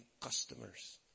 customers